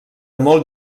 molt